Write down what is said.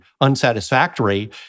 unsatisfactory